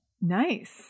Nice